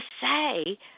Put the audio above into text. say